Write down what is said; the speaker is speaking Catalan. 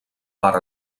part